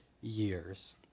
years